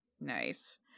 Nice